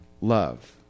love